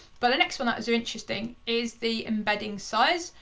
but the next one that is interesting is the embeddingsize.